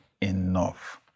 enough